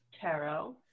tarot